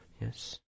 Yes